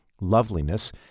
Loveliness